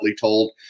told